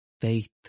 faith